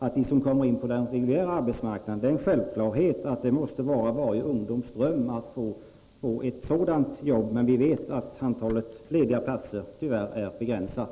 Att komma in på den reguljära arbetsmarknaden måste självfallet vara varje ungdoms dröm. Men vi vet att antalet lediga platser tyvärr är begränsat.